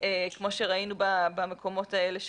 כמו שראינו במקומות האלה בתמונות,